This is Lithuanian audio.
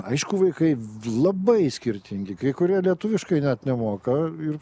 aišku vaikai labai skirtingi kai kurie lietuviškai net nemoka ir